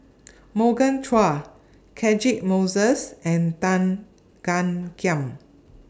Morgan Chua Catchick Moses and Tan Gan Kiam